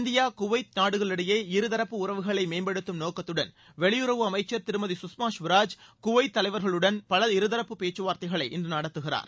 India Kuwait நாடுகளிடையே இருதரப்பு உறவுகளை மேம்படுத்தும் நோக்கத்துடன் வெளியுறவு அமைச்ச் திருமதி குஷ்மா கவராஜ் குவைத் தமைவா்களுடன் பல இருதரப்பு பேச்ககளை இன்று நடத்துகிறார்